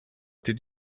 did